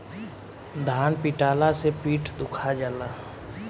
धान पिटाला से पीठ दुखा जाला